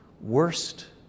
worst